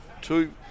Two